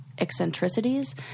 eccentricities